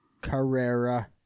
Carrera